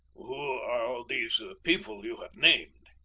who are all these people you have named?